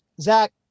Zach